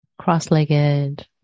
cross-legged